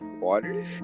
water